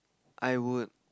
I would